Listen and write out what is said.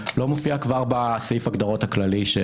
זה לא משנה אם מכניסים את זה לסעיף ההגדרות או